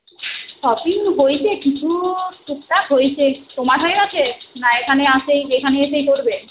shopping হয়েছে কিছুও টুকটাক হয়েছে তোমার হয়ে গেছে না এখানে আসলেই এখানে এসেই করবে